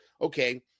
okay